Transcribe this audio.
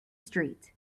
street